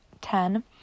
ten